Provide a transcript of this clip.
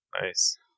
Nice